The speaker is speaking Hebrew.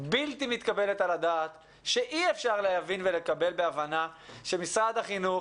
בלתי מתקבלת על הדעת אי אפשר להבין ולקבל בהבנה שמשרד החינוך